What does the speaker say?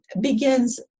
begins